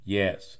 yes